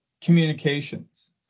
communications